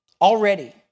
Already